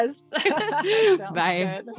Bye